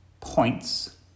points